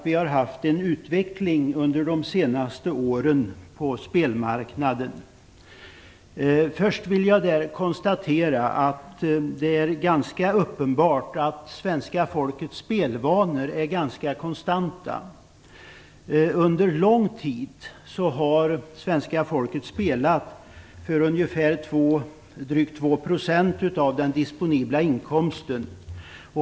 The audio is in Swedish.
Vi har haft en utveckling av spelmarknaden under de senaste åren. Först vill jag konstatera att det är uppenbart att svenska folkets spelvanor är ganska konstanta. Under lång tid har svenska folket spelat för drygt 2 % av den disponibla inkomsten.